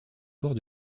port